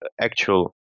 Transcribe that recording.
actual